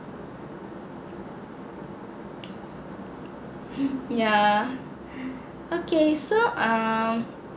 uh yeah okay so um